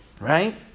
right